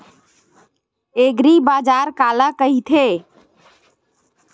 एग्रीबाजार काला कइथे?